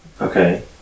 Okay